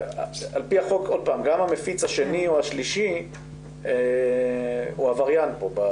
על פי החוק גם המפיץ גם המפיץ השני או השלישי הוא עבריין במקרה הזה.